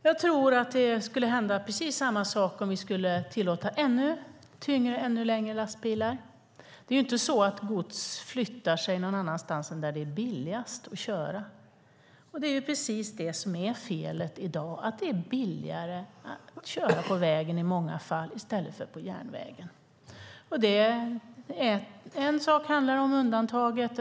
Jag tror att precis samma sak skulle hända om vi skulle tillåta ännu tyngre och ännu längre lastbilar. Det är ju inte så att gods flyttas någon annanstans än dit där det är billigast att köra. Och det är precis det som är felet i dag: Det är i många fall billigare att köra på vägen i stället för på järnvägen. En sak handlar om undantaget.